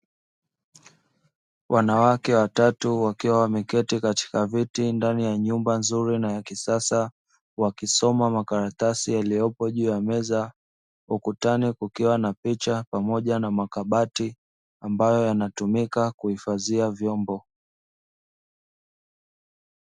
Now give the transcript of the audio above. Wanawake watatu wakiwa wameketi katika viti ndani ya nyumba nzuri na yakisasa, wakisoma makaratasi yaliyopo juu ya meza, ukutani kukiwa na picha pamoja na makabati ambayo yanatumika kuifadhia vyombo.